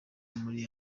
muri